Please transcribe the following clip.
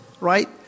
right